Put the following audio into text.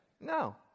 no